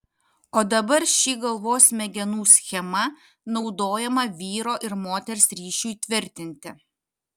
o dabar ši galvos smegenų schema naudojama vyro ir moters ryšiui tvirtinti